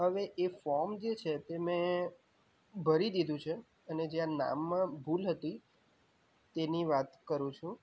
હવે એ ફોર્મ જે છે તે મેં ભરી દીધું છે અને જ્યાં નામમાં ભૂલ હતી તેની વાત કરું છું